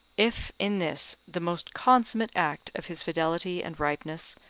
if, in this the most consummate act of his fidelity and ripeness,